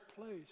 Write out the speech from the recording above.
place